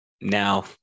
now